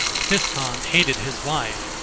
physcon hated his wife,